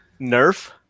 Nerf